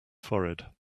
forehead